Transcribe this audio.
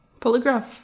Polygraph